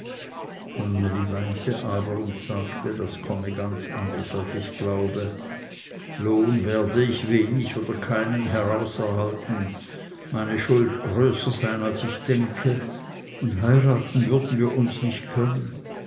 aber und sagte das komme ganz anders als ich glaube lohn werde ich wenig oder gar keinen heraus erhalten meine schuld größer sein als ich denke und heiraten würden wir uns nicht können